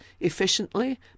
efficiently